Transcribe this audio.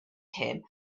him